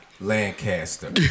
Lancaster